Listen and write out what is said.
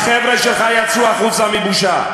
מה עשיתם, החבר'ה שלך יצאו החוצה מבושה.